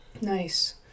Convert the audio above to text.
nice